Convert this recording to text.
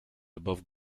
above